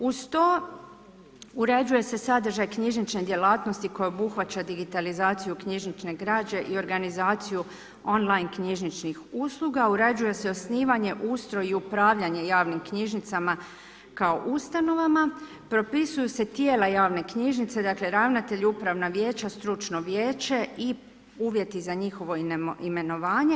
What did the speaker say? Uz to uređuje se sadržaj knjižnične djelatnosti koja obuhvaća digitalizaciju knjižnične građe i organizaciju on line knjižničnih usluga, uređuje se osnivanje, ustroj i upravljanje javnim knjižnicama kao ustanovama, propisuju se tijela javne knjižnice, dakle ravnatelj, upravna vijeća, stručno vijeće i uvjeti za njihovo imenovanje.